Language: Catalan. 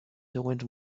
següents